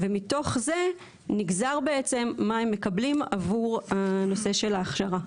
ומתוך זה נגזר בעצם מה הם מקבלים עבור הנושא של ההכשרה,